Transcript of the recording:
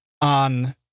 on